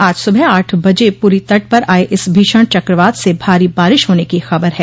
आज सुबह आठ बजे पुरी तट पर आये इस भीषण चक्रवात से भारी बारिश होने की ख़बर है